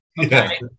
Okay